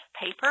paper